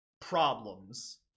problems